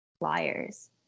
liars